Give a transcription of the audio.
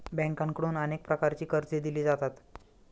बँकांकडून अनेक प्रकारची कर्जे दिली जातात